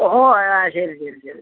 ഓ ഓ ആ ശരി ശരി ശരി